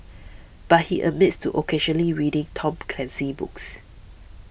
but he admits to occasionally reading Tom Clancy books